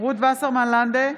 רות וסרמן לנדה,